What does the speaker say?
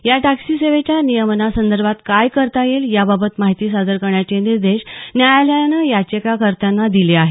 या टॅक्सी सेवेच्या नियमनासंदर्भात काय करता येईल याबाबत माहिती सादर करण्याचे निर्देश न्यायालयानं याचिकाकर्त्याना दिले आहेत